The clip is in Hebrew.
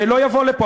לא יבוא לפה.